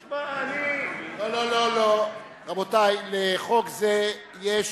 תשמע, אני, לא, לחוק זה יש